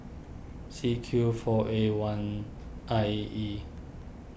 C Q four A one I E